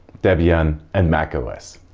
debian and macos.